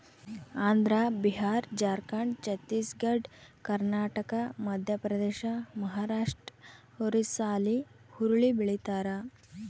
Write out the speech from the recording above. ಆಂಧ್ರ ಬಿಹಾರ ಜಾರ್ಖಂಡ್ ಛತ್ತೀಸ್ ಘಡ್ ಕರ್ನಾಟಕ ಮಧ್ಯಪ್ರದೇಶ ಮಹಾರಾಷ್ಟ್ ಒರಿಸ್ಸಾಲ್ಲಿ ಹುರುಳಿ ಬೆಳಿತಾರ